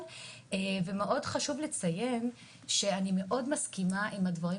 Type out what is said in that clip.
חשוב לציין שאני מאוד מסכימה עם הדברים